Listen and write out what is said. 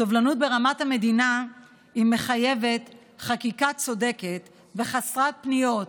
סובלנות ברמת המדינה מחייבת חקיקה צודקת וחסרת פניות,